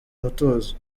mutuzo